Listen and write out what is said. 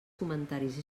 comentaris